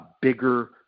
bigger